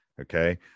Okay